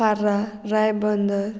Parra Ribandar